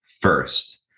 first